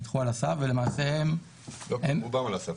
הם נדחו על הסף --- רובם נדחו על הסף,